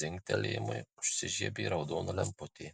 dzingtelėjimui užsižiebė raudona lemputė